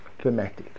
thematic